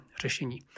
řešení